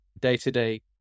day-to-day